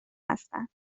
هستند